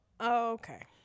Okay